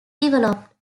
developed